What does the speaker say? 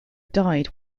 died